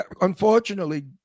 unfortunately